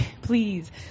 Please